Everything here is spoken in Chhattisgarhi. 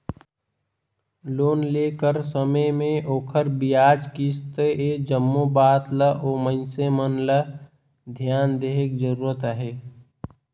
लोन लेय कर समे में ओखर बियाज, किस्त ए जम्मो बात ल ओ मइनसे मन ल धियान देहे कर जरूरत अहे